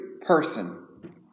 person